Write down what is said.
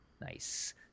Nice